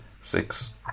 six